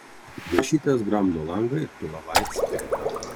dažytojas gramdo langą ir pila vaitspiritą